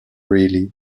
really